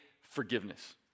forgiveness